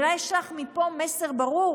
אני אולי אשלח מפה מסר ברור